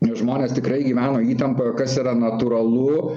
žmonės tikrai gyveno įtampoje kas yra natūralu